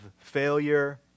failure